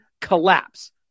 collapse